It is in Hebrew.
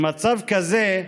במצב כזה,